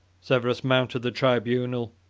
severus mounted the tribunal,